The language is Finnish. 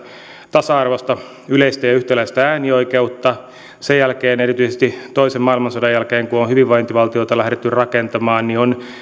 tasa arvoista yleistä ja yhtäläistä äänioikeutta sen jälkeen erityisesti toisen maailmansodan jälkeen kun on hyvinvointivaltiota lähdetty rakentamaan on